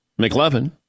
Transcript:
McLevin